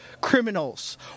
criminals